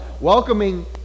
welcoming